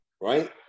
Right